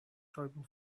terrible